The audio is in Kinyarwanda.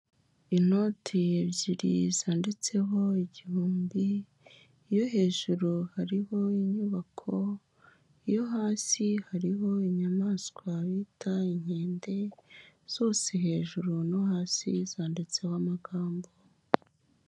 Inote ebyiri zanditseho igihumbi, iyo hejuru hariho inyubako iyo hasi hariho inyamaswa yitwa inkende, zose hejuru no hasi zanditseho amagambo.